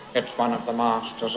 it's one of the last